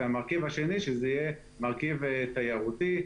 והמרכיב השני שזה יהיה מרכיב תיירותי,